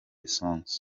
songz